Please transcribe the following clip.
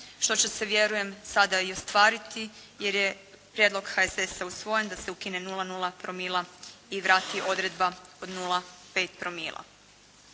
što će se vjerujem sada i ostvariti jer je prijedlog HSS-a usvojen da se ukine 0,0 promila i vrati odredba od 0,5 promila.